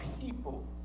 people